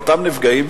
לאותם נפגעים,